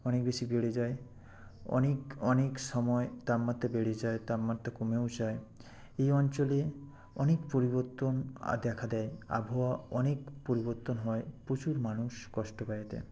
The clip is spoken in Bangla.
অনেক বেশি বেড়ে যায় অনেক অনেক সময় তাপমাত্রা বেড়ে যায় তাপমাত্রা কমেও যায় এই অঞ্চলে অনেক পরিবর্তন দেখা দেয় আবহাওয়া অনেক পরিবর্তন হয় প্রচুর মানুষ কষ্ট পায় এতে